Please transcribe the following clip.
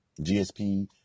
GSP